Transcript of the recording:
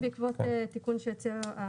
טכני בעקבות תיקון שהציע.